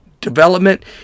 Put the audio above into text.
Development